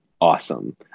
awesome